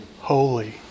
Holy